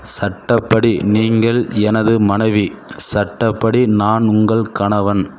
சட்டப்படி நீங்கள் எனது மனைவி சட்டப்படி நான் உங்கள் கணவன்